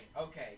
Okay